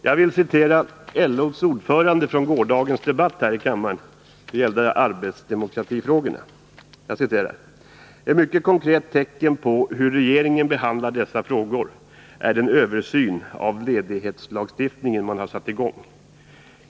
Jag vill citera LO:s ordförande från gårdagens debatt om arbetsdemokratifrågor: ”Ett mycket konkret tecken på hur regeringen behandlar dessa frågor är den översyn av ledighetslagstiftningen som man har satt i gång.